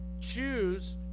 choose